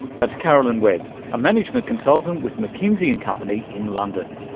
that's caroline webb, a management consultant with mckinsey and company in london.